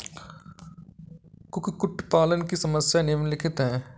कुक्कुट पालन की समस्याएँ निम्नलिखित हैं